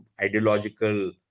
ideological